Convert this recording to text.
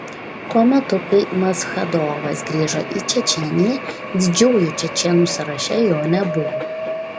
tuo metu kai maschadovas grįžo į čečėniją didžiųjų čečėnų sąraše jo nebuvo